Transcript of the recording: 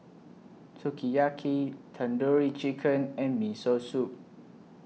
Sukiyaki Tandoori Chicken and Miso Soup